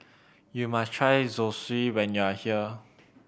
you must try Zosui when you are here